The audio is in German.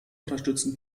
unterstützten